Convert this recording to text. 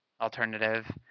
alternative